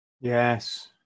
Yes